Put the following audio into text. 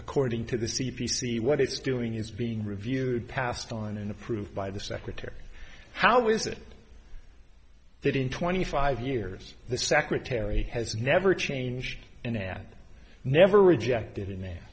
according to the c p c what it's doing is being reviewed passed on and approved by the secretary how is it that in twenty five years the secretary has never changed and then never rejected a